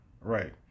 Right